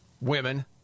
women